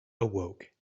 awoke